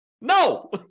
No